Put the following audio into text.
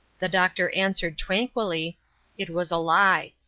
the doctor answered, tranquilly it was a lie.